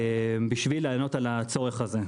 בשביל לענות על הצורך הזה.